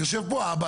יושב פה אבא,